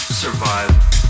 survive